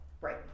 right